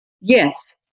Yes